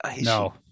no